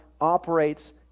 operates